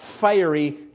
fiery